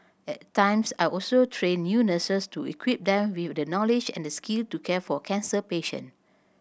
at times I also train new nurses to equip them with the knowledge and the skill to care for cancer patient